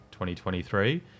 2023